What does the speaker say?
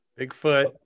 Bigfoot